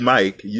Mike